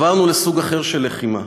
עברנו לסוג אחר של לחימה: